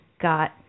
got